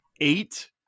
eight